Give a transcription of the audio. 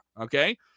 Okay